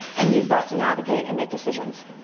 and use that to navigate and make decisions.